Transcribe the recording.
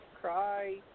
cry